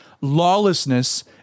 lawlessness